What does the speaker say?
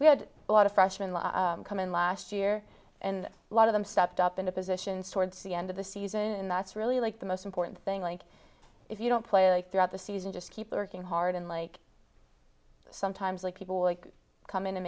have had a lot of freshmen come in last year and a lot of them stepped up into positions towards the end of the season and that's really like the most important thing like if you don't play like throughout the season just keep working hard and like sometimes like people come in